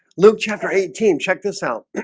luke chapter eighteen check this out